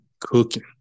cooking